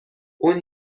اون